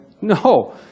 No